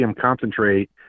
concentrate